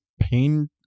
pain